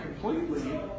completely